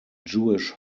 jewish